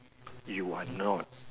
you are not